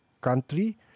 country